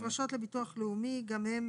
הפרשות לביטוח לאומי גם הם